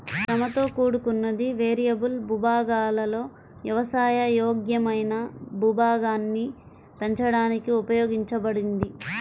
శ్రమతో కూడుకున్నది, వేరియబుల్ భూభాగాలలో వ్యవసాయ యోగ్యమైన భూభాగాన్ని పెంచడానికి ఉపయోగించబడింది